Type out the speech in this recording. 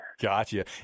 Gotcha